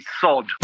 sod